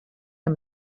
amb